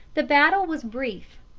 the battle was brief.